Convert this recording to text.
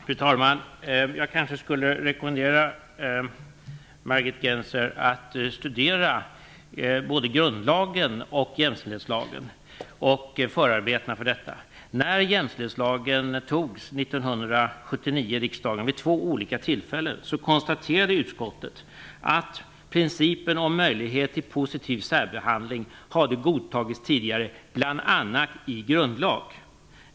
Fru talman! Jag kanske skulle rekommendera Margit Gennser att studera både grundlagen och jämställdhetslagen och förarbetena till dessa. När jämställdhetslagen antogs 1979 i riksdagen vid två olika tillfällen konstaterade utskottet att principen om möjlighet till positiv särbehandling hade godtagits tidigare bl.a. i grundlag.